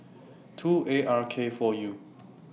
two A R K four U